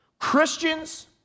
Christians